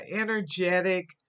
energetic